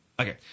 Okay